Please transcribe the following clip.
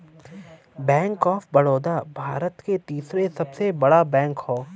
bank of Baroda Bharat के तीसरा सबसे बड़ा बैंक हौ